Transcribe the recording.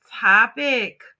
topic